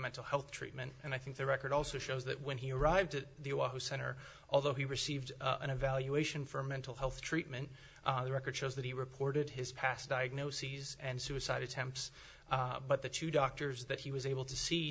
mental health treatment and i think the record also shows that when he arrived at the center although he received an evaluation for mental health treatment the record shows that he reported his past diagnoses and suicide attempts but the two doctors that he was able to see